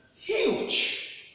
Huge